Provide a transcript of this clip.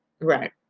right